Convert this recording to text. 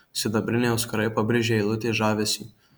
sidabriniai auskarai pabrėžė eilutės žavesį